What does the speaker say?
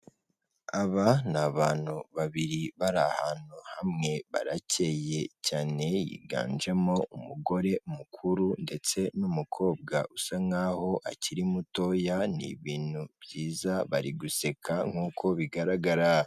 Aba ni abantu babiri bari ahantu hamwe barakeye cyane, higanjemo umugore mukuru ndetse n'umukobwa usa nk'aho akiri mutoya, ni ibintu byiza bari guseka nk'uko bigaragara.